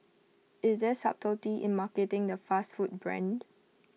is there subtlety in marketing the fast food brand